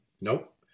Nope